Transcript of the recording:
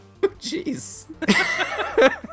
Jeez